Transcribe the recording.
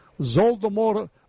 Zoldomor